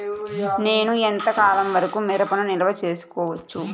నేను ఎంత కాలం వరకు మిరపను నిల్వ చేసుకోవచ్చు?